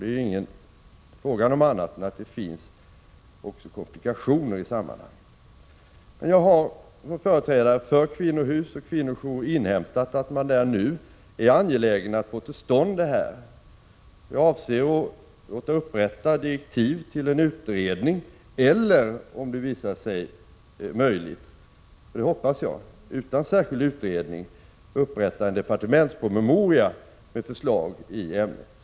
Det är inte fråga om annat än att det finns komplikationer i sammanhanget. Men jag har från företrädare för kvinnohus och kvinnojourer inhämtat att man där är angelägen att få detta till stånd. Jag avser att upprätta direktiv till en utredning eller, om det visar sig möjligt, att utan utredning upprätta en departementspromemoria med förslag i ämnet.